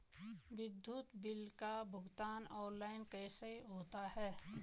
विद्युत बिल का भुगतान ऑनलाइन कैसे होता है?